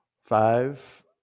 Five